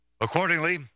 Accordingly